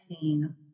pain